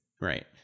Right